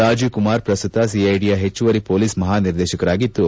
ರಾಜೀವ್ ಕುಮಾರ್ ಪ್ರಸ್ತುತ ಸಿಐಡಿಯ ಹೆಚ್ಚುವರಿ ಪೊಲೀಸ್ ಮಹಾನಿರ್ದೇಶಕರಾಗಿದ್ದು